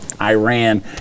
Iran